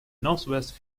northwest